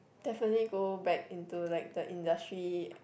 definitely go back into like the industry